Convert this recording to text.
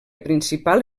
principal